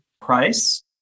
price